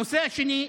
הנושא השני,